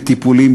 בטיפולים,